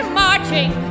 marching